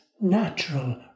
natural